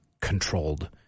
controlled –